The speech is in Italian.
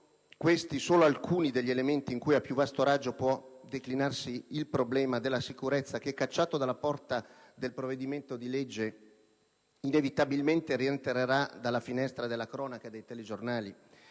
questi solo alcuni degli elementi in cui a più vasto raggio può declinarsi il problema della sicurezza che, cacciato dalla porta del provvedimento di legge, inevitabilmente rientrerà dalla finestra della cronaca e dei telegiornali?